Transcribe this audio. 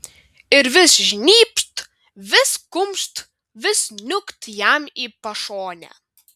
ir vis žnybt vis kumšt vis niūkt jam į pašonę